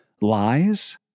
lies